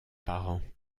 parents